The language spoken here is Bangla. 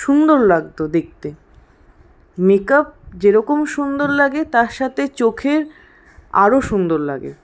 সুন্দর লাগত দেখতে মেকআপ যেরকম সুন্দর লাগে তার সাথে চোখের আরও সুন্দর লাগে